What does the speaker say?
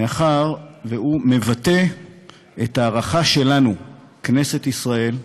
מאחר שהוא מבטא את ההערכה שלנו, כנסת ישראל,